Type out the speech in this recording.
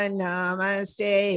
namaste